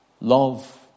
love